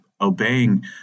obeying